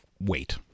wait